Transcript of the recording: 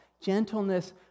Gentleness